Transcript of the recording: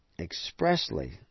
expressly